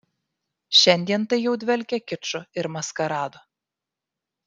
šiandien tai jau dvelkia kiču ir maskaradu